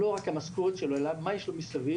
זה לא רק המשכורת שלו אלא מה יש לו מסביב,